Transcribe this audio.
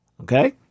Okay